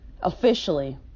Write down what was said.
officially